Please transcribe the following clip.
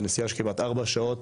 זה נסיעה של כמעט ארבע שעות,